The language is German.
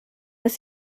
bis